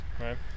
Right